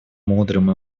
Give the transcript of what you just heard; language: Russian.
мудрым